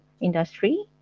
industry